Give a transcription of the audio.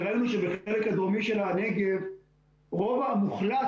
וראינו שבחלק הדרומי של הנגב רוב המוחלט